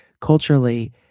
Culturally